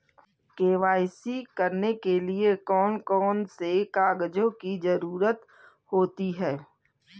KYC करने के लिए कौन कौन से कागजों की जरूरत होती है?